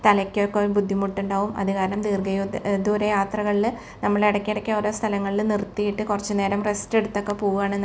തലയ്ക്കൊക്കെ ഒരു ബുദ്ധിമുട്ടുണ്ടാകും അത് കാരണം ദീർഘയൂദ ദീർഘദൂരയാത്രകളിൽ നമ്മൾ ഇടയ്ക്കൊക്കെ ഓരോ സ്ഥലങ്ങളിൽ നിർത്തി ഇട്ട് കുറച്ച് നേരം റെസ്റ്റ് എടുത്തൊക്കെ പോകുകയാണ് നല്ലത്